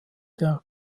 der